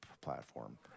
platform